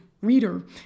reader